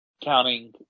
counting